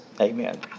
Amen